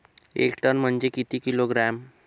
एक टन म्हनजे किती किलोग्रॅम?